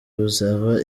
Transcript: buzaba